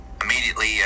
immediately